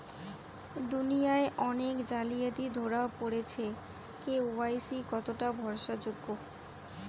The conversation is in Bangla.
দুনিয়ায় অনেক জালিয়াতি ধরা পরেছে কে.ওয়াই.সি কতোটা ভরসা যোগ্য?